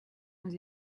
nous